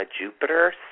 Jupiter